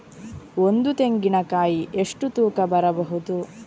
ಒಂದು ತೆಂಗಿನ ಕಾಯಿ ಎಷ್ಟು ತೂಕ ಬರಬಹುದು?